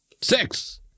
six